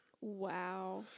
Wow